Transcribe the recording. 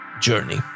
journey